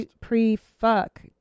Pre-fuck